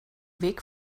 weg